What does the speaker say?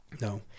No